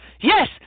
Yes